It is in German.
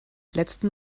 letzten